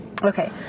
Okay